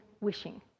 wishing